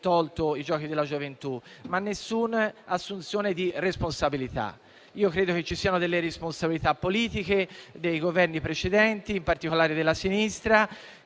i Giochi della gioventù, ma nessuna assunzione di responsabilità. Io credo, invece, che ci siano delle responsabilità politiche dei Governi precedenti, in particolare dei Governi